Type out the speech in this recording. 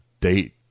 date